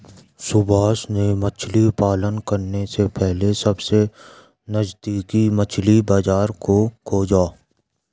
सुभाष ने मछली पालन करने से पहले सबसे नजदीकी मछली बाजार को खोजा